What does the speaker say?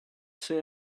say